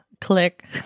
Click